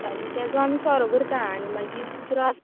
आनी तेचो आमी सरो करता आनी मागीर दुसरो